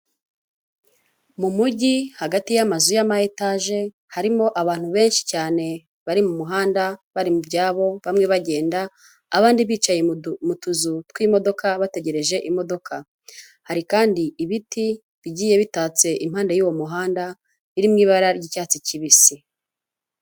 Mu mujyi hagati y'amazu ya ma etage harimo abantu benshi cyane bari mu muhanda ,bari mu byabo bamwe bagenda abandi bicaye mu tuzu tw'imodoka bategereje imodoka ,hari kandi ibiti bigiye bitatse impande y'uwo muhanda biri mw’ibara ry'icyatsi kibisi.